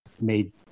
made